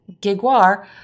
Giguar